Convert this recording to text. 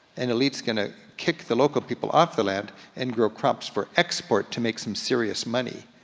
and elite's gonna kick the local people off the land and grow crops for export to make some serious money,